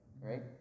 Right